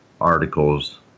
articles